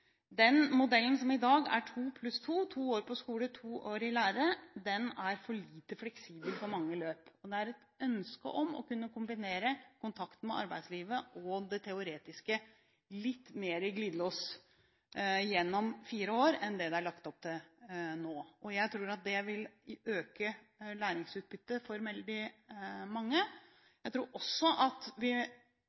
Den modellen som i dag er to pluss to – to år på skole og to år i lære – er for lite fleksibel for mange løp. Det er et ønske om å kunne kombinere kontakt med arbeidslivet og det teoretiske litt mer i glidelås gjennom fire år enn det det er lagt opp til nå. Jeg tror at det vil øke læringsutbyttet for veldig mange. Jeg tror også at